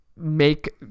make